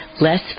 less